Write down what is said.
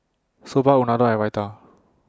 Soba Unadon and Raita